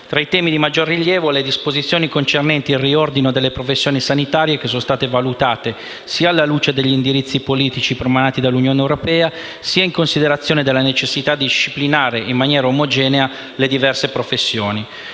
Tra i temi di maggiore rilievo si segnalano le disposizioni concernenti il riordino delle professioni sanitarie, che sono state valutate sia alla luce degli indirizzi politici promananti dall'Unione europea, sia in considerazione della necessità di disciplinare in maniera omogenea le diverse professioni,